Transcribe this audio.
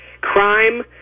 Crime